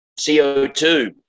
CO2